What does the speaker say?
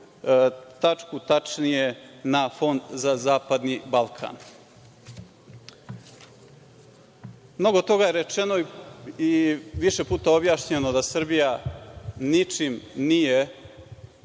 tačku, tačnije na Fond za zapadni Balkan. Mnogo toga je rečeno i više puta objašnjeno da Srbija ničim nije,